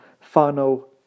final